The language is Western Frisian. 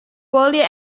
buorlju